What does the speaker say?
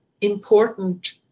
important